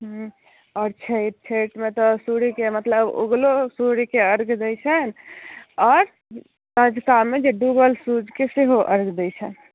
हँ आओर छठि छठिमे तऽ सूर्यकेँ मतलब उगलहो सूर्यके अर्घ्य दैत छै आओर सँझुकामे डूबल सूर्यके सेहो अर्घ्य दैत छनि